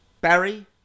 Barry